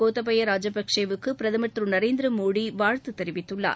கோத்தபய ராஜபக்கவுக்கு பிரதமர் திரு நரேந்திர மோடிக்கு வாழ்த்து தெரிவித்துள்ளார்